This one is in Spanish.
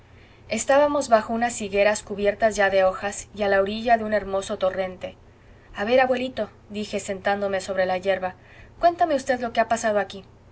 estábamos bajo unas higueras cubiertas ya de hojas y a la orilla de un hermoso torrente a ver abuelito dije sentándome sobre la hierba cuénteme v lo que ha pasado aquí